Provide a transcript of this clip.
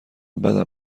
بدم